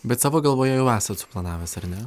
bet savo galvoje jau esat suplanavęs ar ne